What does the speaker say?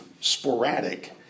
sporadic